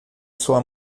sua